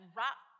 rock